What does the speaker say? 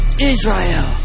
Israel